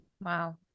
Wow